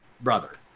brother